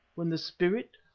when the spirit,